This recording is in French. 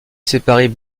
séparer